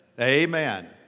Amen